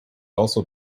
also